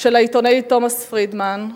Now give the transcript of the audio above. של העיתונאי תומס פרידמן,